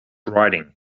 riding